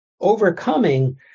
overcoming